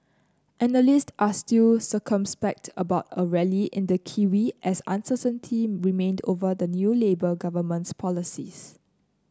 analysts are still circumspect about a rally in the kiwi as uncertainty remained over the new Labour government's policies